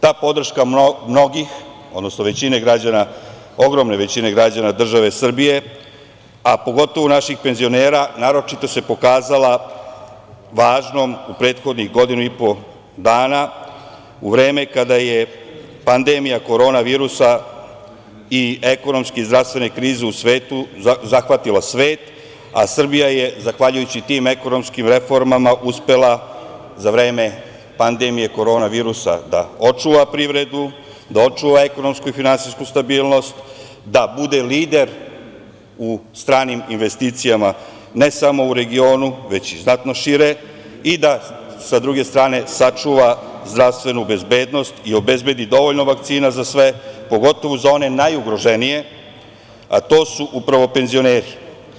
Ta podrška mnogih, odnosno ogromne većine građana države Srbije, a pogotovo naših penzionera, naročito se pokazala važnom u prethodnih godinu i po dana, u vreme kada je pandemija korona virusa i ekonomska i zdravstvena kriza zahvatila svet, a Srbija je zahvaljujući tim ekonomskim reformama uspela za vreme pandemije korona virusa da očuva privredu, da očuva ekonomsku i finansijsku stabilnost, da bude lider u stranim investicijama, ne samo u regionu, već i znatno šire, i da sa druge strane sačuva zdravstvenu bezbednost i obezbedi dovoljno vakcina za sve, pogotovo za one najugroženije, a to su upravo penzioneri.